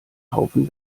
haufen